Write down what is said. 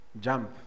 Jump